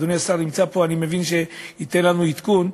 אדוני השר נמצא פה, אני מבין שהוא ייתן לנו עדכון,